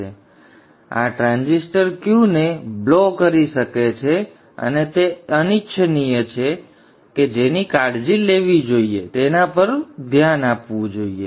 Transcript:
તેથી આ ટ્રાન્ઝિસ્ટર Qને બ્લો કરી શકે છે અને તે અનિચ્છનીય છે કે જેની કાળજી લેવી જોઈએ તેના પર ધ્યાન આપવું જોઈએ